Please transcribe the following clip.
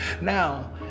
Now